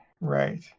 right